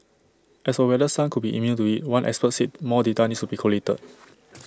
as for whether some could be immune to IT one expert said more data needs to be collated